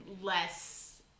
less